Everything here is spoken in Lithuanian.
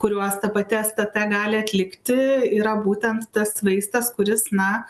kuriuos ta pati stt gali atlikti yra būtent tas vaistas kuris na